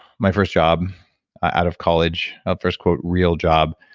my first job out of college, ah first real job,